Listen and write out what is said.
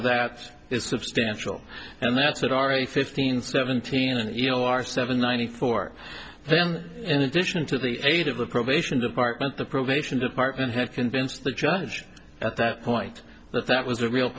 of that is substantial and that's what ari fifteen seventeen and you know are seven ninety four then in addition to the eight of the probation department the probation department here convince the judge at that point but that was a real